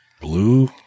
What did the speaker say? Blue